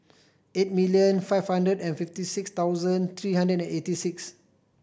eight million five hundred and fifty six thousand three hundred eighty six